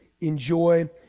enjoy